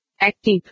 Active